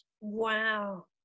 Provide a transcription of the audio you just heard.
Wow